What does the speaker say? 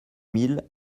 mille